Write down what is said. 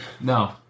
No